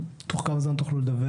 תוך כמה זמן תוכלו לדווח?